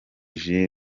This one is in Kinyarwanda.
jules